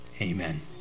amen